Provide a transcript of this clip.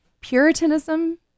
puritanism